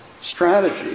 strategy